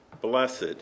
Blessed